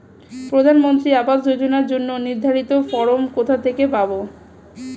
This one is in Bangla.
প্রধানমন্ত্রী আবাস যোজনার জন্য নির্ধারিত ফরম কোথা থেকে পাব?